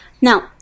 Now